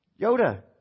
Yoda